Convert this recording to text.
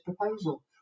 proposal